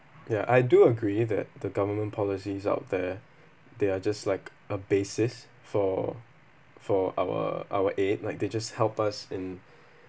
ya I do agree that the government policies out there they are just like a basis for for our our aid like they just help us in